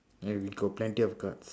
and we got plenty of cards